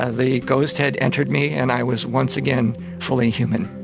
ah the ghost had entered me and i was once again fully human.